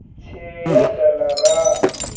చేయగలరా